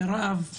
מירב.